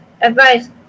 advice